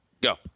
Go